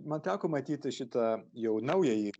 man teko matyti šitą jau naująjį